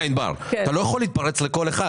ביולי, נתלבש על שנת 21',